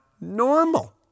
normal